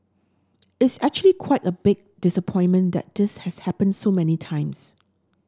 it's actually quite a big disappointment that this has happened so many times